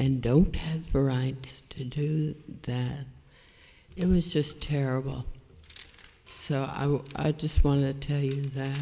and don't have the right to do that it was just terrible so i will i just want to tell you that